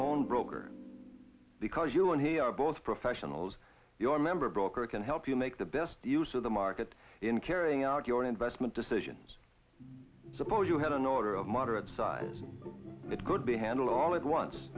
best broker because you and he are both professionals your member broker can help you make the best use of the market in carrying out your investment decisions suppose you had an order of moderate size it could be handle all at once